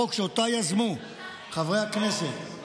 ואנחנו עוברים להצעת חוק הגנת הצרכן (תיקון מס' 65),